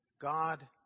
God